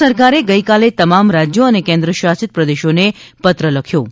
કેન્દ્ર સરકારે ગઇકાલે તમામ રાજ્યો અને કેન્દ્રશાસિત પ્રદેશોને પત્ર લખ્યો છે